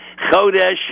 Chodesh